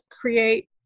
create